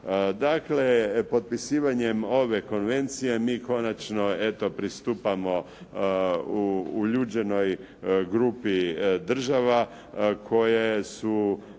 Dakle, potpisivanjem ove konvencije mi konačno eto pristupamo uljuđenoj grupi država koje su